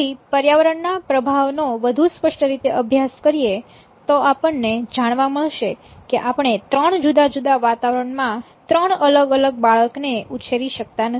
પછી પર્યાવરણના પ્રભાવનો વધુ સ્પષ્ટ રીતે અભ્યાસ કરીએ તો આપણને જાણવા મળશે કે આપણે ત્રણ જુદા જુદા વાતાવરણમાં ત્રણ અલગ અલગ બાળકને ઉછેરી શકતા નથી